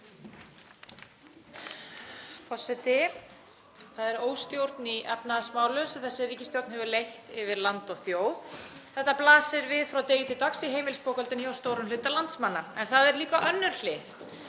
Það er óstjórn í efnahagsmálum sem þessi ríkisstjórn hefur leitt yfir land og þjóð. Þetta blasir við frá degi til dags í heimilisbókhaldinu hjá stórum hluta landsmanna. En það er líka önnur hlið